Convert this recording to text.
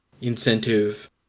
incentive